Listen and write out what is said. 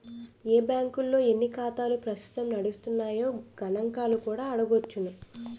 ఏ బాంకుల్లో ఎన్ని ఖాతాలు ప్రస్తుతం నడుస్తున్నాయో గణంకాలు కూడా అడగొచ్చును